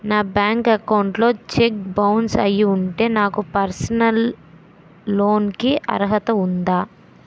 నా bank account లో cheque bounce అయ్యి ఉంటే నాకు పర్సనల్ లోన్ కీ అర్హత ఉందా?